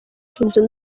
inzu